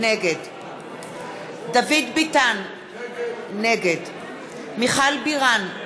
נגד דוד ביטן, נגד מיכל בירן,